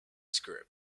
script